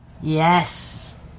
Yes